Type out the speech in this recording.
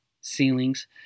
ceilings